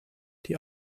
die